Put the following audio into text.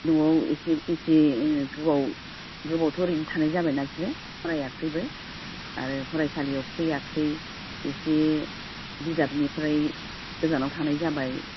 न'आव एसे बेसे गोबावथ' ओरैनो थानाय जाबायना बिसोरो फरायाखिसैबो आरो फरायसालियाव फैयाखिसै एसे बिजाबनिफ्राय गोजानाव थानाय जाबाय